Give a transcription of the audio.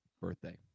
birthday